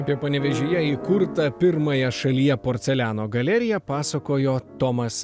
apie panevėžyje įkurtą pirmąją šalyje porceliano galeriją pasakojo tomas